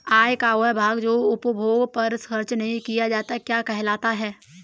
आय का वह भाग जो उपभोग पर खर्च नही किया जाता क्या कहलाता है?